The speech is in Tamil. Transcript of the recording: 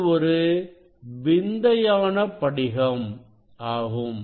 இது ஒரு விந்தையான படிகம் ஆகும்